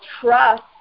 trust